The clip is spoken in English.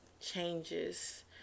changes